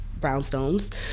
brownstones